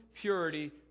purity